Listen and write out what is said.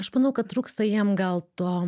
aš manau kad trūksta jiem gal to